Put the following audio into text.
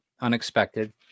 unexpected